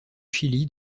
chili